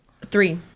Three